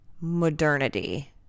modernity